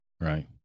Right